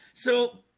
so